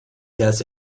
does